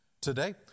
today